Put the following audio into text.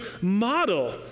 model